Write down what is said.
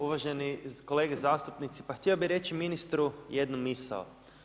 Uvaženi kolege zastupnici, pa htio bih reći ministru jednu misao.